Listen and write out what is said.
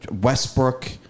Westbrook